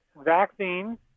vaccines